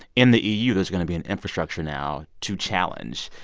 in the eu, there's going to be an infrastructure now to challenge.